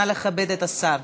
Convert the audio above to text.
נא לכבד את השר.